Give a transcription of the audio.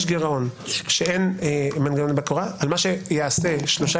יש גירעון שאין מנגנוני בקרה על מה שייעשה שלושה